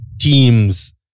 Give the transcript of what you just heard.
teams